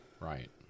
Right